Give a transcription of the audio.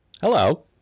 Hello